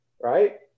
right